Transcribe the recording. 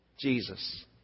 Jesus